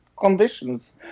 conditions